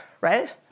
right